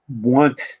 want